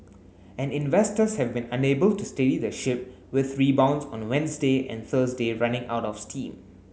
and investors have been unable to steady the ship with rebounds on Wednesday and Thursday running out of steam